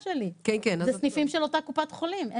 זה סניפים של אותה קופת חולים.